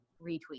retweet